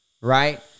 right